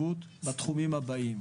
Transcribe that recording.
בתחומים הבאים: